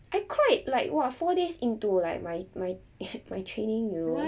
I cried like !wah! four days into like my my my training you know